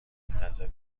منتظر